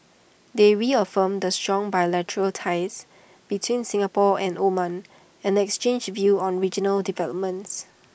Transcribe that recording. they reaffirmed the strong bilateral ties between Singapore and Oman and exchanged views on regional developments